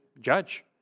judge